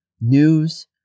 news